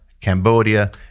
Cambodia